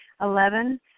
Eleven